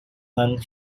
none